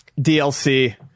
DLC